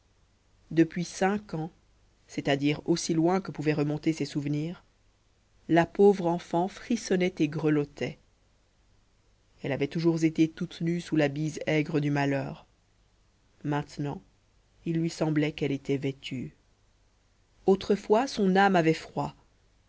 depuis cinq ans c'est-à-dire aussi loin que pouvaient remonter ses souvenirs la pauvre enfant frissonnait et grelottait elle avait toujours été toute nue sous la bise aigre du malheur maintenant il lui semblait qu'elle était vêtue autrefois son âme avait froid